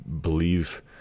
believe